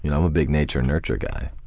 you know i'm a big nature nurture guy.